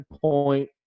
point